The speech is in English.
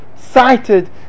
Cited